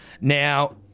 Now